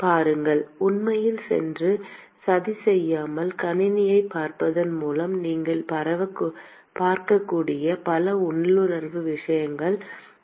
பாருங்கள் உண்மையில் சென்று சதி செய்யாமல் கணினியைப் பார்ப்பதன் மூலம் நீங்கள் பார்க்கக்கூடிய பல உள்ளுணர்வு விஷயங்கள் உள்ளன